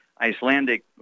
Icelandic